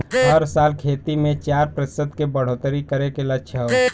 हर साल खेती मे चार प्रतिशत के बढ़ोतरी करे के लक्ष्य हौ